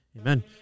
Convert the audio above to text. Amen